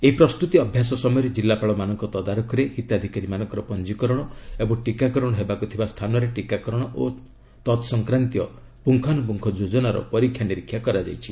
ଏହି ପ୍ରସ୍ତୁତି ଅଭ୍ୟାସ ସମୟରେ ଜିଲ୍ଲାପାଳମାନଙ୍କ ତଦାରଖରେ ହିତାଧିକାରୀମାନଙ୍କର ପଞ୍ଜୀକରଣ ଏବଂ ଟୀକାକରଣ ହେବାକୁ ଥିବା ସ୍ଥାନରେ ଟୀକାକରଣ ଓ ଏ ସଂକ୍ରାନ୍ତୀୟ ପୁଙ୍ଗାନୁପୁଙ୍ଗ ଯୋଜନାର ପରୀକ୍ଷା ନିରୀକ୍ଷା କରାଯାଇଛି